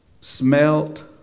smelt